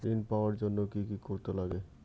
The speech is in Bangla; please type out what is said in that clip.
ঋণ পাওয়ার জন্য কি কি করতে লাগে?